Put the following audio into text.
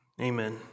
amen